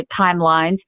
timelines